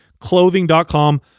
Clothing.com